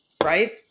Right